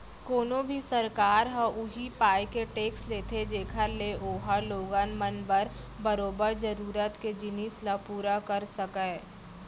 कोनो भी सरकार ह उही पाय के टेक्स लेथे जेखर ले ओहा लोगन मन बर बरोबर जरुरत के जिनिस ल पुरा कर सकय